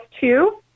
two